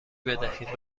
بدهید